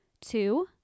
Two